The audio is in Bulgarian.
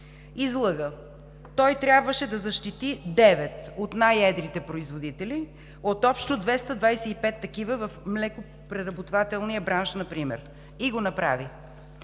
Излъга! Той трябваше да защити девет от най-едрите производители от общо 225 такива в млекопреработвателния бранш например. И го направи!